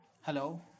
Hello